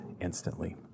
instantly